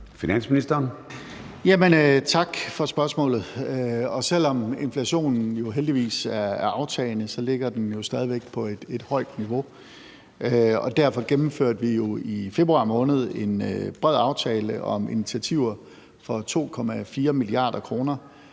Tak for spørgsmålet. Selv om inflationen heldigvis er aftagende, ligger den jo stadig væk på et højt niveau, og derfor gennemførte vi i februar måned en bred aftale om initiativer for 2,4 mia. kr.,